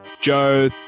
joe